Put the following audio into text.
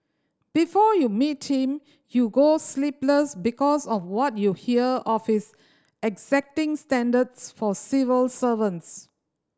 before you meet him you go sleepless because of what you hear of his exacting standards for civil servants